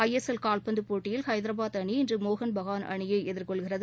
ஐ S L கால்பந்துப் போட்டியில் ஹைதராபாத் அணி இன்று மோகன்பஹான் அணியை எதிர்கொள்கிறது